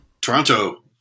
Toronto